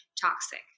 toxic